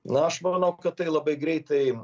na aš manau kad tai labai greitai